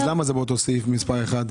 למה זה באותו סעיף מספר 1?